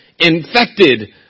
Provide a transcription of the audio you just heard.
infected